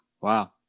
wow